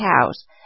cows